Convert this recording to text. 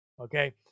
okay